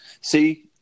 See